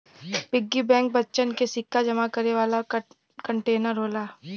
piggy bank बच्चन के सिक्का जमा करे वाला कंटेनर होला